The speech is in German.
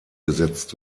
gesetzt